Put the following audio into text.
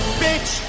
bitch